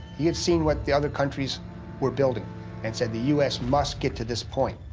he had seen what the other countries were building and said the u s. must get to this point.